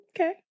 okay